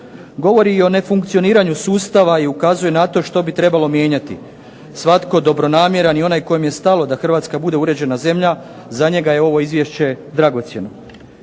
Govori i o nefunkcioniranju sustava i ukazuje na to što bi trebalo mijenjati. Svatko dobronamjeran i onaj kojem je stalo da Hrvatska bude uređena zemlja za njega je ovo izvješće dragocjeno.